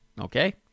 Okay